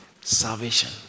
salvation